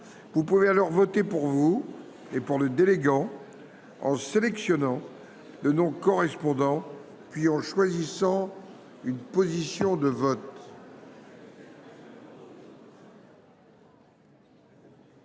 Vous pouvez alors voter pour vous et pour le délégant en sélectionnant le nom correspondant puis en choisissant une position de vote.